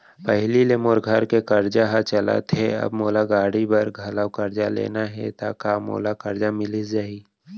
पहिली ले मोर घर के करजा ह चलत हे, अब मोला गाड़ी बर घलव करजा लेना हे ता का मोला करजा मिलिस जाही?